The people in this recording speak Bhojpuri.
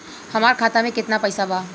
हमार खाता में केतना पैसा बा?